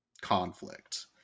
conflict